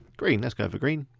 green, let's go for green.